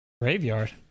graveyard